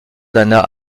d’anna